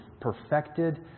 perfected